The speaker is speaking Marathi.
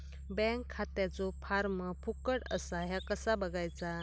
बँक खात्याचो फार्म फुकट असा ह्या कसा बगायचा?